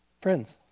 Friends